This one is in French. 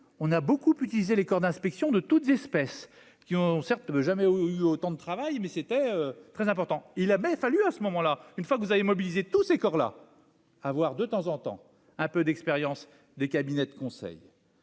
on a beaucoup utilisé les corps d'inspection de toutes espèces qui ont certes ne veut jamais eu autant de travail, mais c'était très important, il a même fallu à ce moment-là, une fois que vous avez mobilisé tous ces corps là à voir de temps en temps, un peu d'expérience des cabinets de conseil,